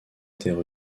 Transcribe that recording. étaient